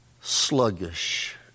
sluggish